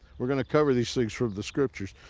we're going to cover these things from the scriptures.